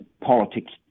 politics